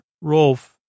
Rolf